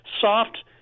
soft